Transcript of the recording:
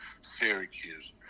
Syracuse